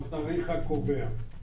התאריך הקובע.